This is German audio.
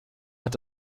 hat